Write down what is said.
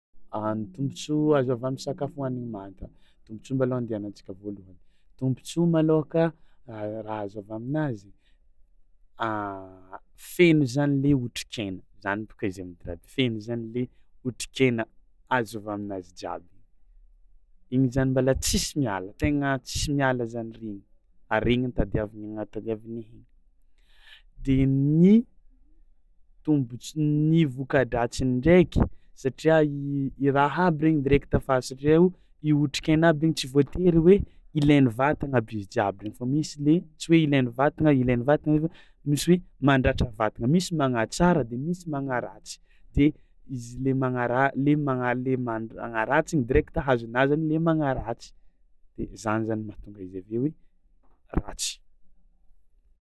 A ny tombontsoa azo avy am'sakafo hohanigny manta, tombontsoa mbalôha andianantsika voalohany, tombontsoa malôhaka raha azo avy aminazy feno zany le otrikaina zany baka izy am'ty raha b- feno zany le otrikaina azo avy aminazy jiaby, igny zany mbôla tsisy miala tegna tsisy miala regny ary regny no tadiavina agna- tadiavin'ny aigny de ny tombonts- ny voka-dratsiny ndraiky satria i i raha aby regny direkta fa azo satria o io otrikaina aby igny tsy voatery hoe ilain'ny vatagna aby izy jiaby regny fao misy le tsy hoe ilain'ny vatana ilain'ny vatana i fa misy hoe mandratra vatagna, misy magnatsara de misy magnaratsy de izy le magnara- le magna- le mandr- agnaratsy igny direkta hazonà zany le magnaratsy de zany zany mahatonga izy avy eo hoe ratsy.